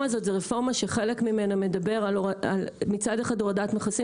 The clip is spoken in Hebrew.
חלק מהרפורמה הזאת מדברת על הורדת מכסים